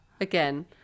again